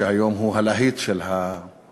שהיום הוא הלהיט של האזור.